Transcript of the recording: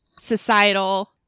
societal